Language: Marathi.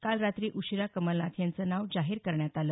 काल रात्री उशीरा कमलनाथ यांचं नाव जाहीर करण्यात आलं